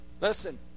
listen